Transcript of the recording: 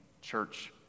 church